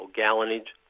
gallonage